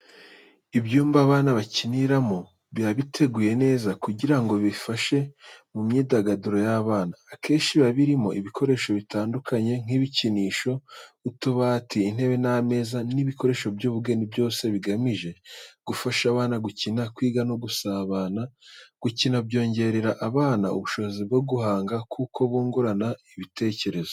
Ibyumba abana bakiniramo biba biteguye neza kugira ngo bifashe mu myidagaduro y'abana. Akenshi biba birimo ibikoresho bitandukanye nk’ibikinisho, utubati, intebe n'ameza n'ibikoresho by’ubugeni byose bigamije gufasha abana gukina, kwiga no gusabana. Gukina byongerera abana ubushobozi bwo guhanga, kuko bungurana ibitekerezo.